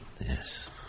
Yes